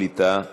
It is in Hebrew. הקליטה והתפוצות.